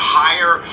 higher